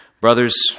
Brothers